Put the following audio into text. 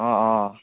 অঁ অঁ